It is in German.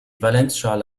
valenzschale